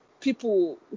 people